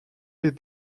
les